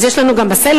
אז יש לנו גם בסלולר,